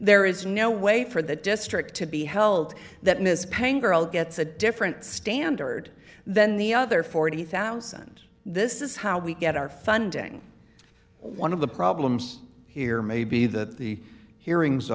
there is no way for the district to be held that ms penger all gets a different standard than the other forty thousand this is how we get our funding one of the problems here may be that the hearings